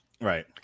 Right